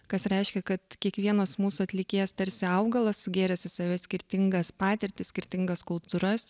kas reiškia kad kiekvienas mūsų atlikėjas tarsi augalas sugėręs į save skirtingas patirtis skirtingas kultūras